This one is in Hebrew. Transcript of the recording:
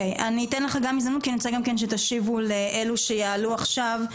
אני אתן לך גם הזדמנות כי אני רוצה שתשיבו לאלו שיעלו עכשיו,